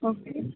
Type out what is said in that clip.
okay